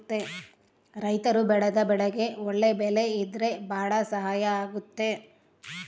ರೈತರು ಬೆಳೆದ ಬೆಳೆಗೆ ಒಳ್ಳೆ ಬೆಲೆ ಇದ್ರೆ ಭಾಳ ಸಹಾಯ ಆಗುತ್ತೆ